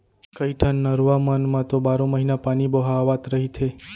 कइठन नरूवा मन म तो बारो महिना पानी बोहावत रहिथे